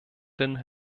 den